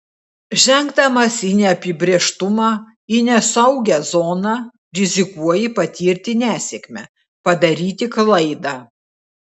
žengdamas į neapibrėžtumą į nesaugią zoną rizikuoji patirti nesėkmę padaryti klaidą